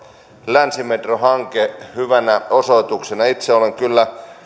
länsimetro hanke hyvänä osoituksena itse olen kyllä